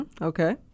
Okay